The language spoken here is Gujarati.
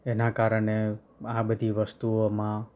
એના કારણે આ બધી વસ્તુઓમાં